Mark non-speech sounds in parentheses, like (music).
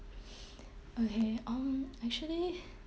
(breath) okay um actually (breath)